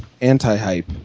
anti-hype